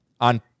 on